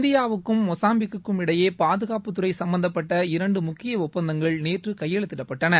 இந்தியாவுக்கும் மொசாம்பிக்கும் இடையே பாதுகாப்பு துறை சம்பந்தப்பட்ட இரண்டு முக்கிய ஒப்பந்தங்கள் நேற்று கையெழுத்திடப்பட்டன